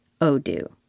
Odoo